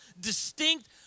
distinct